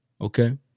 Okay